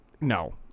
No